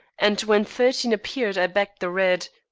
and when thirteen appeared i backed the red.